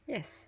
Yes